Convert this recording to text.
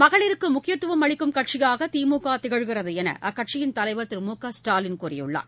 மகளிருக்குமுக்கியத்துவம் அளிக்கும் கட்சியாகதிமுகதிகழ்கிறதுஎன்றுஅக்கட்சியின் தலைவர் திரு மு க ஸ்டாலின் கூறியுள்ளார்